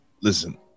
Listen